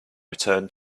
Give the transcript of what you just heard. return